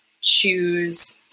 choose